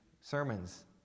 sermons